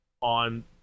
on